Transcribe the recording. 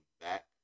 back